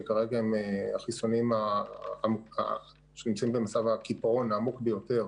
שכרגע הם החיסונים שנמצאים במצב הקיפאון העמוק ביותר,